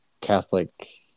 Catholic